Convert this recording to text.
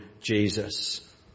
Jesus